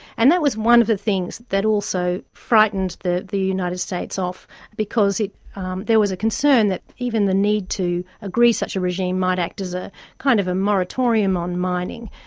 and that was one of the things that also frightened the the united states off because there was a concern that even the need to agree such a regime might act as a kind of a moratorium on mining.